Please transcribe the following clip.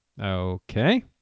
Okay